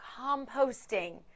composting